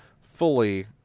fully